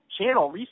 channel